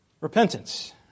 Repentance